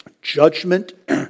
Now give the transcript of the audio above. Judgment